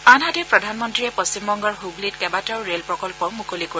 আনহাতে প্ৰধানমন্ত্ৰীয়ে পশ্চিমবংগৰ হুগলিত কেইবাটাও ৰেল প্ৰকল্প মুকলি কৰিব